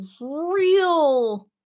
real